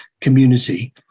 community